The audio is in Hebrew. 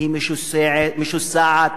היא משוסעת,